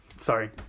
sorry